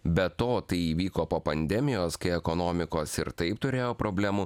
be to tai įvyko po pandemijos kai ekonomikos ir taip turėjo problemų